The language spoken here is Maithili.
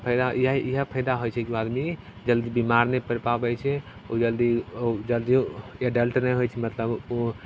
फायदा इएह फायदा होइ छै कि ओ आदमी जल्दी बेमार नहि पड़ि पाबै छै ओ जल्दी ओ जल्दी ओ एडल्ट नहि होइ छै मतलब ओ जल्दी